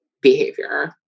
behavior